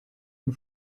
and